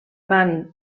van